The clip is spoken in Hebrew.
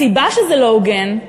הסיבה שזה לא הוגן היא